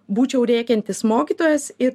būčiau rėkiantis mokytojas ir